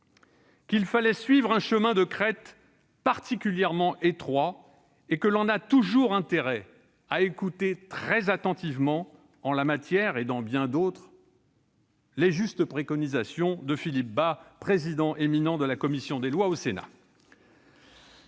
qu'il fallait suivre un chemin de crête particulièrement étroit et que l'on a toujours intérêt à écouter très attentivement, en la matière comme en bien d'autres, les justes préconisations de Philippe Bas, éminent président de la commission des lois du Sénat.